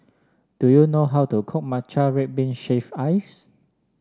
do you know how to cook Matcha Red Bean Shaved Ice